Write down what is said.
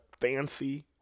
fancy